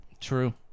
true